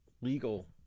legal